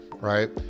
right